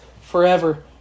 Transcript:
forever